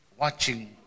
watching